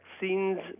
vaccines